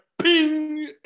ping